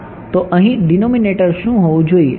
તો અહીં ડિનોમિનેટર શું હોવું જોઈએ